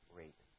rate